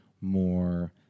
more